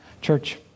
Church